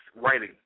writing